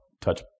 touch